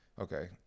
okay